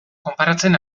konparatzen